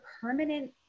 permanent